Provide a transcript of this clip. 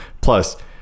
plus